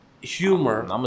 humor